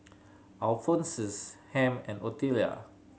Alphonsus Ham and Otelia